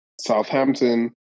Southampton